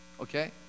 Okay